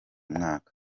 mwaka